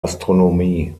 astronomie